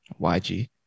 yg